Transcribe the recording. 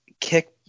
kick